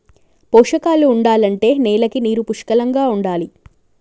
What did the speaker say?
పోషకాలు ఉండాలంటే నేలకి నీరు పుష్కలంగా ఉండాలి